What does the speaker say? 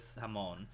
Hamon